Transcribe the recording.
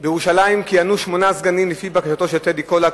כיהנו בירושלים שמונה סגנים לפי בקשתו של טדי קולק,